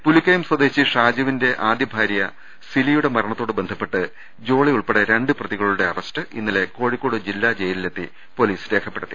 പുലിക്കയം സ്വദേശി ഷാജുവിന്റെ ആദ്യ ഭാര്യ സിലിയുടെ മര ണത്തോട് ബന്ധപ്പെട്ട് ജോളി ഉൾപ്പെടെ രണ്ട് പ്രതികളുടെ അറസ്റ്റ് ഇന്നലെ കോഴിക്കോട് ജില്ലാ ജയിലിലെത്തി പൊലീസ് രേഖപ്പെടു ത്തി